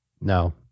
No